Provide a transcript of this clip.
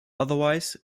otherwise